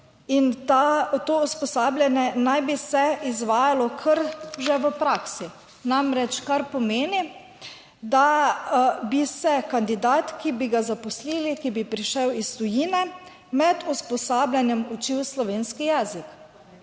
In to usposabljanje naj bi se izvajalo kar že v praksi. Namreč, kar pomeni, da bi se kandidat, ki bi ga zaposlili, ki bi prišel iz tujine med usposabljanjem učil slovenski jezik.